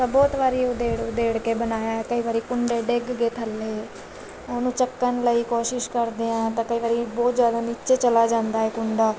ਤਾਂ ਬਹੁਤ ਵਾਰੀ ਉਧੇੜ ਉਧੇੜ ਕੇ ਬਣਾਇਆ ਕਈ ਵਾਰੀ ਕੁੰਡੇ ਡਿੱਗ ਗਏ ਥੱਲੇ ਉਹਨੂੰ ਚੱਕਣ ਲਈ ਕੋਸ਼ਿਸ਼ ਕਰਦੇ ਹਾਂ ਤਾਂ ਕਈ ਵਾਰੀ ਬਹੁਤ ਜ਼ਿਆਦਾ ਨੀਚੇ ਚਲਾ ਜਾਂਦਾ ਏ ਕੁੰਡਾ